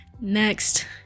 Next